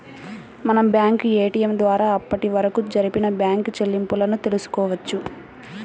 మనం bank ATM ద్వారా అప్పటివరకు జరిపిన బ్యేంకు చెల్లింపులను తెల్సుకోవచ్చు